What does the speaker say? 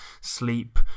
sleep